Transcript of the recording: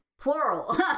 Plural